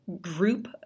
group